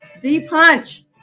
D-Punch